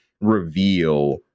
reveal